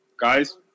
guys